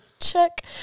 Check